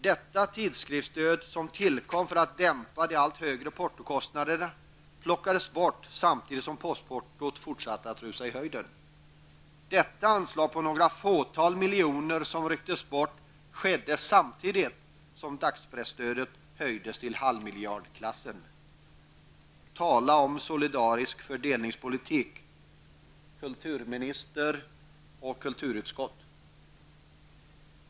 Detta tidskriftsstöd som tillkom för att dämpa de allt högre portokostnaderna, plockades bort samtidigt som portot fortsatte att rusa i höjden. Detta anslag på några få miljoner rycktes bort samtidigt som dagspresstödet höjdes till halvmiljardklassen. Tala om solidarisk fördelningspolitik, kulturminister och kulturutskott!